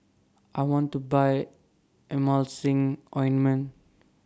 I want to Buy Emulsying Ointment